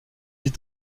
dit